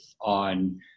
on